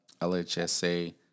LHSA